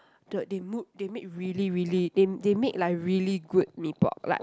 the they mood they make really really they they make like really good mee pok like